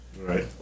Right